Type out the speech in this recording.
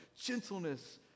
gentleness